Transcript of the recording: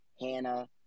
Hannah